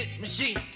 machine